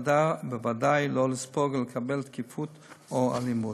ובוודאי לא לספוג ולקבל תקיפות או אלימות.